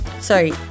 sorry